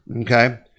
Okay